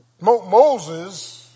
Moses